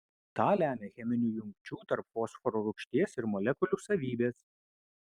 tą lemia cheminių jungčių tarp fosforo rūgšties molekulių savybės